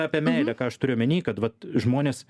apie meilę ką aš turiu omeny kad vat žmonės